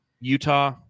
Utah